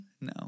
No